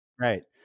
Right